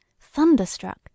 thunderstruck